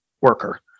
worker